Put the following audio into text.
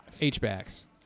H-backs